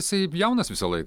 jisai jaunas visąlaik